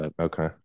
Okay